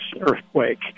earthquake